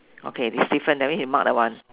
okay it's different that means you mark that one